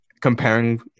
comparing